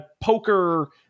poker